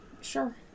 sure